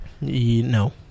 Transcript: No